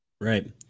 Right